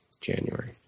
January